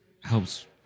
helps